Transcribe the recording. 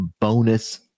bonus